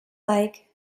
like